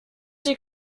die